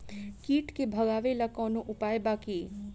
कीट के भगावेला कवनो उपाय बा की?